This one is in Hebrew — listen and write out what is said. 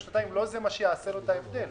שנתיים זה לא מה שיעשה לו את ההבדל.